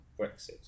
Brexit